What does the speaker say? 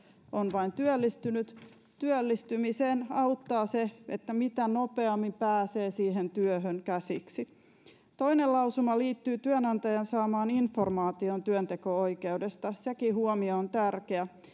on työllistynyt työllistymiseen auttaa se mitä nopeammin pääsee siihen työhön käsiksi toinen lausuma liittyy työnantajan saamaan informaatioon työnteko oikeudesta sekin huomio on tärkeä